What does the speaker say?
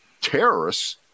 terrorists